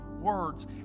words